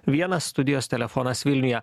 vienas studijos telefonas vilniuje